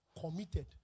committed